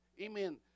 amen